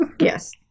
Yes